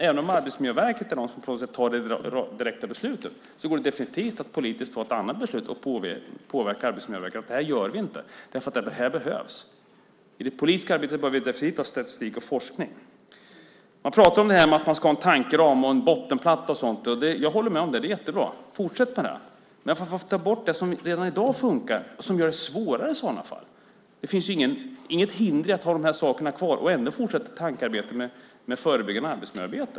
Även om det är Arbetsmiljöverket som fattar det direkta beslutet går det definitivt att politiskt fatta ett annat beslut och påverka Arbetsmiljöverket att inte göra det här, därför att det behövs. I det politiska arbetet behöver vi definitivt statistik och forskning. Man talar om att man ska ha en tankeram och en bottenplatta och sådant. Jag håller med om att det är jättebra. Fortsätt med det. Men om man tar bort det som redan i dag fungerar gör man det i sådana fall svårare. Det finns inget hinder att ha de sakerna kvar och ändå fortsätta tankearbetet med förebyggande arbetsmiljöarbete.